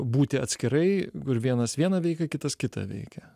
būti atskirai kur vienas vieną veiką kitas kitą veikia